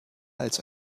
als